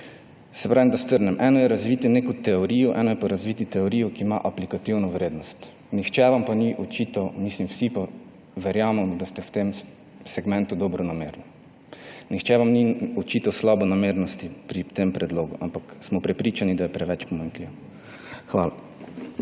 Se pravi, da strnem. Eno je razviti neko teorijo, eno je pa razviti teorijo, ki ima aplikativno vrednost. Niče vam pa ni očital, vsi verjamemo, da ste v tem segmentu dobronamerni. Nihče vam ni očital slabonamernosti pri tem predlogu, ampak smo prepričani, da je preveč pomanjkljiv. Hvala.